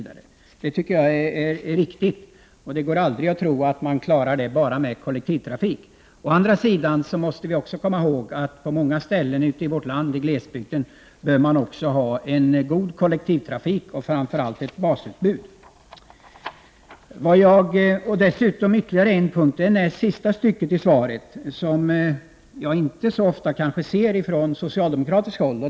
Det tycker jag är riktigt. Man skall aldrig tro att vi kommer att klara det med bara kollektivtrafik. Å andra sidan måste vi komma ihåg att man på många ställen i vårt land i glesbygden också behöver ha en god kollektivtrafik och framför allt ett basutbud. Dessutom kan jag hålla med Georg Andersson om det han sade i näst sista stycket i svaret, något som jag kanske inte så ofta möter från socialdemokratiskt håll.